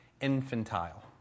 infantile